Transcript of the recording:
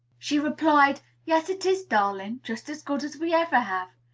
she replied, yes, it is, darling just as good as we ever have.